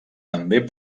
també